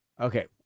Okay